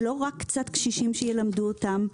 זה לא רק קצת קשישים שילמדו אותם,